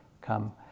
come